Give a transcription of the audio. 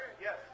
Yes